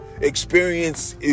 Experience